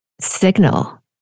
signal